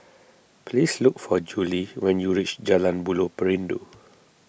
please look for Julie when you reach Jalan Buloh Perindu